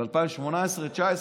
ב-2018, 2019?